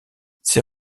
ses